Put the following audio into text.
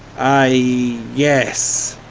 i, yes.